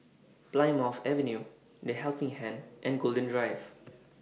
Plymouth Avenue The Helping Hand and Golden Drive